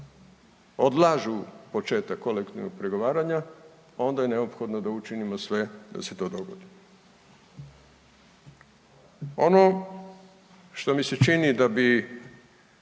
odlažu početak kolektivnog pregovaranja onda je neophodno da učinimo sve da se to dogodi. Ono što mi se čini da bi